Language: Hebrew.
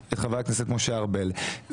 חבר הכנסת משה ארבל.